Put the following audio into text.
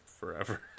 forever